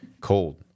Cold